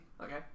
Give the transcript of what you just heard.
okay